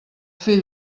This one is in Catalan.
fill